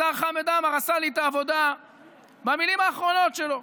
השר חמד עמאר עשה לי את העבודה במילים האחרונות שלנו.